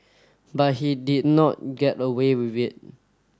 but he did not get away with it